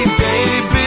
baby